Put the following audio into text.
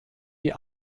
die